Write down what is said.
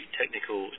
technical